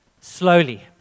slowly